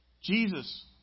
Jesus